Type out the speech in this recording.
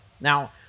Now